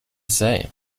say